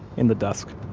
in the dusk